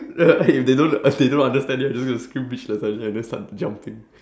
ya like if they don't if they don't understand then we'll just gonna scream bitch lasagna then start jumping